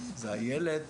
זה הילד,